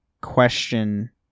question